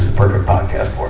perfect podcast